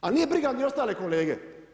A nije briga ni ostale kolege.